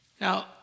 Now